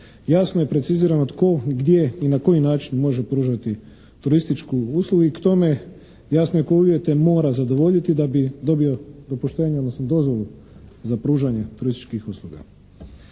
Jasno je precizirano tko, gdje i na koji način može pružati turističku uslugu i k tome jasno je koje uvjete mora zadovoljiti da bi dobio dopuštenje odnosno dozvolu za pružanje turističkih usluga.